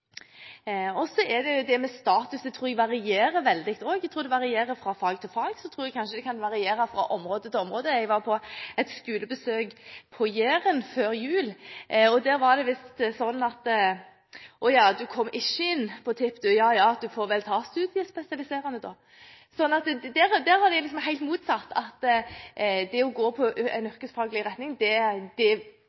Så det med status tror jeg varierer veldig. Jeg tror det varierer fra fag til fag. Jeg tror kanskje det kan variere fra område til område. Jeg var på et skolebesøk på Jæren før jul. Der var det visst sånn: Å ja, du kom ikke inn på TIP, du. Du får vel ta studiespesialiserende, da. Der var det liksom helt motsatt: Det å gå på en yrkesfaglig retning betyr noe, det